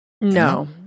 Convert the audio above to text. No